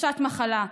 חופשת מחלה,